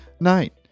night